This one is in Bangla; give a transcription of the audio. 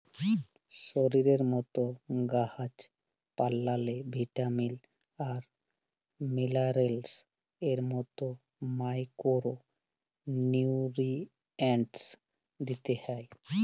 শরীরের মত গাহাচ পালাল্লে ভিটামিল আর মিলারেলস এর মত মাইকোরো নিউটিরিএন্টস দিতে হ্যয়